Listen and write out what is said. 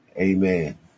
Amen